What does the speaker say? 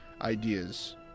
ideas